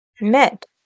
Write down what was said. met